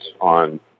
on